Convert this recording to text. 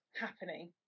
happening